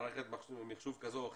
מערכת מחשוב כזו או אחרת.